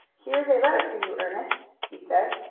here is a letter for you, ernest, he said.